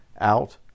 out